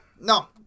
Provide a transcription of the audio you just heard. No